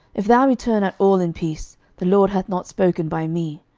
if thou return at all in peace, the lord hath not spoken by me.